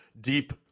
Deep